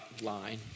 line